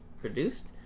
produced